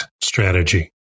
strategy